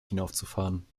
hinaufzufahren